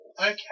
okay